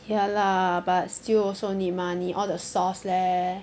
ya lah but still also need money all the sauce leh